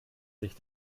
sich